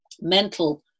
mental